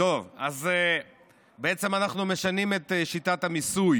אנחנו משנים את שיטת המיסוי